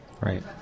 Right